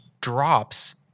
drops